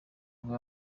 nibwo